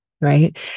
right